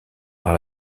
par